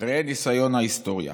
ראו בניסיון ההיסטוריה.